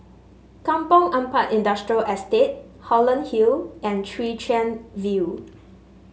Kampong Ampat Industrial Estate Holland Hill and Chwee Chian View